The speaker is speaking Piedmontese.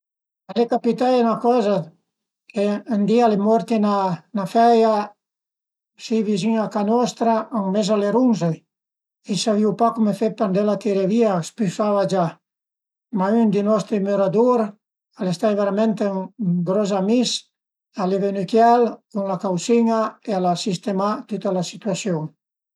A dirìu turna Cristoforo Colombo, ël grand, ël gros viagiatur dël milacuatsent e giü da li, al e ün'inspirasiun, a m'ispirerìa perché a m'piazarìa fe lon ch'al a fait chiel perché fe nuove scoperte s'la tera